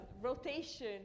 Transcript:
rotation